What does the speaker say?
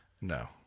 No